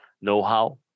know-how